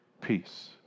peace